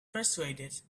persuaded